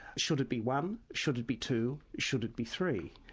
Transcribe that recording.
should it be one, should it be two, should it be three?